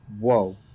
Whoa